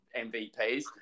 MVPs